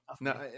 No